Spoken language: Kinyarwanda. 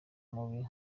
mubi